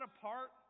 apart